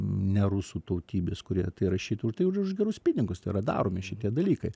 ne rusų tautybės kurie tai rašytų tai už už gerus pinigus tai yra daromi šitie dalykai